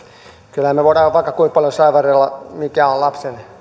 kyllähän me voimme vaikka kuinka paljon saivarrella mikä on lapsen